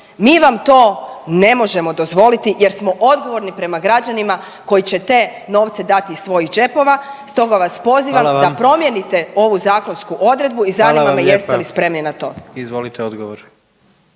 Mi vam to ne možemo dozvoliti jer smo odgovorni prema građanima koji će te novce dati iz svojih džepova. Stoga vas pozivam da …/Upadica: Hvala vam./… promijenite ovu zakonsku odluku i zanima me jeste li …/Upadica: